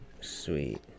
sweet